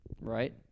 Right